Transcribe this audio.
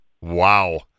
Wow